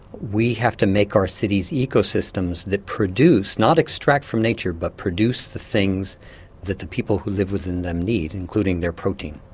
we have to make our cities' ecosystems that produce, not extract from nature, but produce the things that the people who live within them need, including their protein.